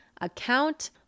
account